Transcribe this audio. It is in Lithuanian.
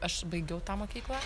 aš baigiau tą mokyklą